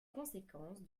conséquence